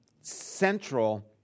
central